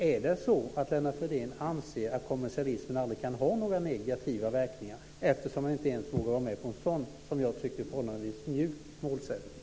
Är det så att Lennart Fridén anser att kommersialismen aldrig kan ha några negativa verkningar, eftersom han inte ens vågar vara med på en så förhållandevis mjuk målsättning?